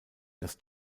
das